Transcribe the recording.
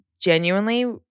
genuinely